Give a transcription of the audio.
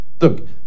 Look